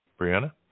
Brianna